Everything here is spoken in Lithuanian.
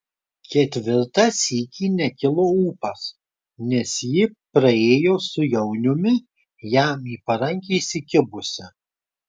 ketvirtą sykį nekilo ūpas nes ji praėjo su jauniumi jam į parankę įsikibusi